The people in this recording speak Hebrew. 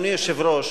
אדוני היושב-ראש,